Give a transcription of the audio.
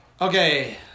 Okay